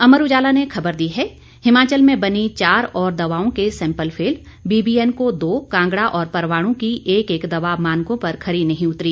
अमर उजाला ने खबर दी है हिमाचल में बनीं चार और दवाओं के सैंपल फेल बीबीएन की दो कांगड़ा और परवाणु की एक एक दवा मानकों पर खरी नहीं उतरी